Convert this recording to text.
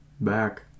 back